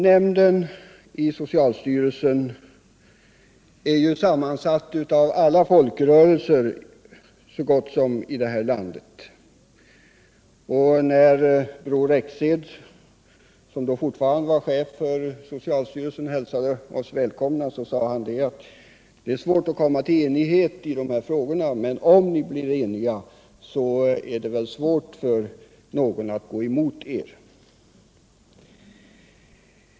Nämnden i socialstyrelsen är sammansatt av så gott som alla folkrörelser i det här landet. När Bror Rexed, som då fortfarande var chef för socialstyrelsen, hälsade oss välkomna sade han: Det är svårt att komma till enighet i de här frågorna, men om ni blir eniga så är det väl svårt för någon att gå emot er.